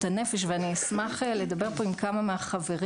הנפש ואני אשמח לדבר פה עם כמה מהחברים,